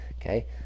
Okay